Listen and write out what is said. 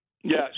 Yes